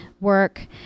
work